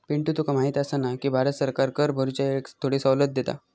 पिंटू तुका माहिती आसा ना, की भारत सरकार कर भरूच्या येळेक थोडी सवलत देता